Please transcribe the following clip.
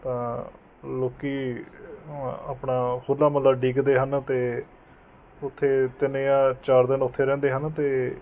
ਤਾਂ ਲੋਕ ਆਪਣਾ ਹੋਲਾ ਮੁਹੱਲਾ ਉਡੀਕਦੇ ਹਨ ਅਤੇ ਉੱਥੇ ਤਿੰਨ ਜਾਂ ਚਾਰ ਦਿਨ ਉੱਥੇ ਰਹਿੰਦੇ ਹਨ ਅਤੇ